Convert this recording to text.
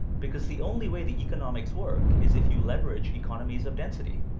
because the only way the economics work is if you leverage economies of density.